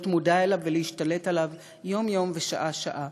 מודע אליו ולהשתלט עליו יום-יום ושעה-שעה.